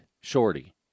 Shorty